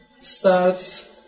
starts